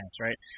right